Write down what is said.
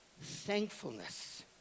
thankfulness